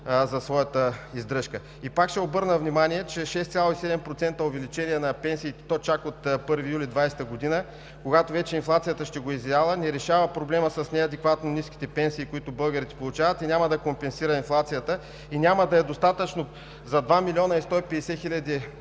за своята издръжка. Отново ще обърна внимание, че 6,7% увеличение на пенсиите, и то чак от 1 юли 2020 г., когато вече инфлацията ще го е изяла, не решава проблема с неадекватно ниските пенсии, които българите получават, няма да компенсира инфлацията и няма да е достатъчно за 2 милиона 150 хиляди